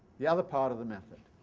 the other part of the method,